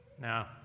Now